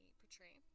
portray